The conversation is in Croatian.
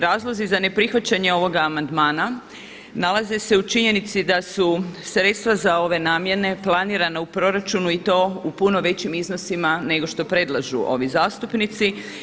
Razlozi za neprihvaćanje ovoga amandmana nalaze se u činjenici da su sredstva za ove namjene planirana u proračunu i to u puno većim iznosima nego što predlažu ovi zastupnici.